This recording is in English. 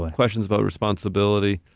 and questions about responsibility.